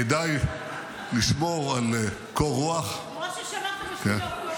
כדאי לשמור על קור רוח --- כמו ששמרת ב-7 באוקטובר.